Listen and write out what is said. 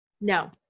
No